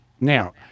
Now